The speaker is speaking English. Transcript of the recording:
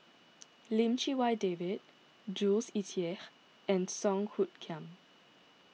Lim Chee Wai David Jules Itier and Song Hoot Kiam